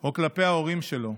או כלפי ההורים שלו?